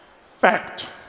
fact